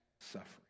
suffering